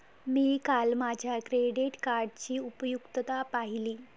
मी काल माझ्या क्रेडिट कार्डची उपयुक्तता पाहिली